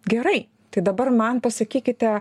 gerai tai dabar man pasakykite